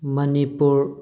Manipur